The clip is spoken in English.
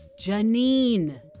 Janine